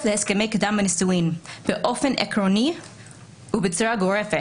להסכמי קדם הנישואים באופן עקרוני ובצורה גורפת,